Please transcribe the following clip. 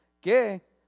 que